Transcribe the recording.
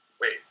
Wait